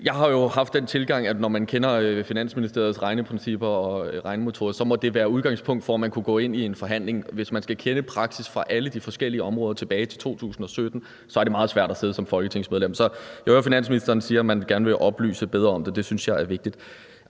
Jeg har jo haft den tilgang, at når man kender Finansministeriets regneprincipper og regnemetoder, må det være et udgangspunkt for, at man kan gå ind i en forhandling. Hvis man skal kende praksis for alle de forskellige områder tilbage fra 2017, er det meget svært at sidde med som folketingsmedlem. Jeg hører, at finansministeren siger, at man gerne vil oplyse bedre om det – det synes jeg det er vigtigt